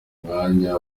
mwanya